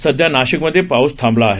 सध्या नाशिकमधे पाऊस थांबला आहे